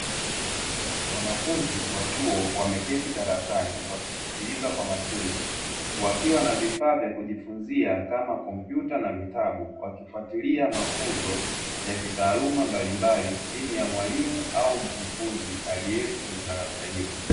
Wanafunzi wa chuo wameketi darasani wakisikiliza kwa makini, wakiwa na vifaa vya kujifunzia kama kompyuta na vitabu wakifuatilia mafunzo ya kitaaluma mbalimbali chini ya mwalimu au mkufunzi aliyepo kwenye darasa hilo.